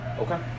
Okay